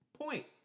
Point